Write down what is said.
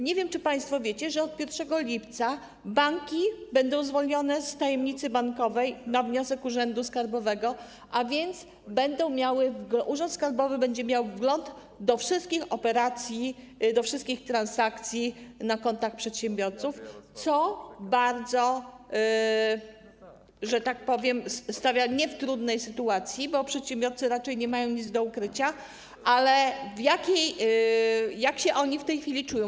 Nie wiem, czy państwo wiecie, że od 1 lipca banki będą zwolnione z tajemnicy bankowej na wniosek urzędu skarbowego, a więc urząd skarbowy będzie miał wgląd do wszystkich operacji, do wszystkich transakcji na kontach przedsiębiorców, co, że tak powiem, nie tyle stawia ich w bardzo trudnej sytuacji, bo przedsiębiorcy raczej nie mają nic do ukrycia, ile chodzi o to, jak się oni w tej chwili czują.